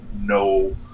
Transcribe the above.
no